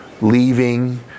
leaving